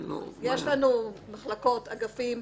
יש אגפים.